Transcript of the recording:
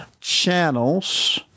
Channels